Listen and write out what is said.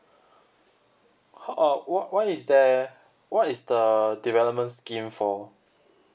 oh what what is there what is the development scheme for